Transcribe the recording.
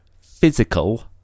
Physical